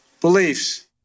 beliefs